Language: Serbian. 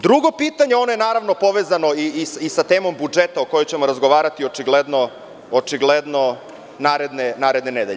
Drugo pitanje, ono je naravno povezano sa temom budžeta o kojoj ćemo razgovarati očigledno naredne nedelje.